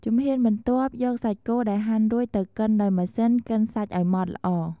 ជំហានបន្ទាប់ យកសាច់គោដែលហាន់រួចទៅកិនដោយម៉ាស៊ីនកិនសាច់ឱ្យម៉ត់ល្អ។